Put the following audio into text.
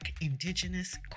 Indigenous